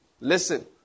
Listen